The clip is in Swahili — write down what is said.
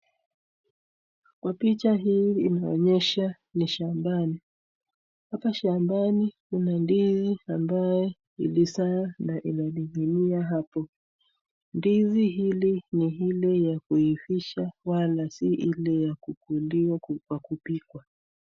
Kwa picha inaonyesha ni shambani hapa shambani Kuna ndizi ambaye ilizaa na inadidinia hapo ndizi hili ni Ile ili yakuafisha wala ili kukundiwa kupikwa.